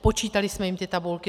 Počítali jsme jim ty tabulky.